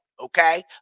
Okay